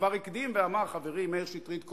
כבר הקדים ואמר חברי מאיר שטרית,